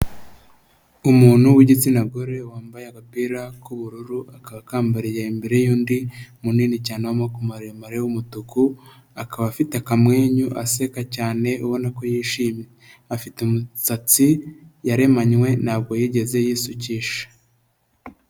Umuntu w'igitsina gore wambaye agapira k'ubururu akaba akambariye mbere y'undi munini cyane w'amaboko maremare y'umutuku, akaba afite akamwenyu aseka cyane ubona ko yishimye, afite umusatsi yaremanywe ntabwo yigeze yisukisha.